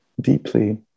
deeply